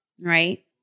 right